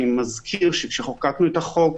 אני מזכיר שכשחוקקנו את החוק,